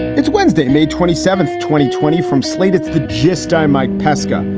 it's wednesday, may twenty seventh, twenty twenty from slated to the gist, i'm mike pesca.